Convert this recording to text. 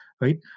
right